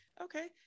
okay